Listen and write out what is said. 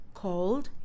called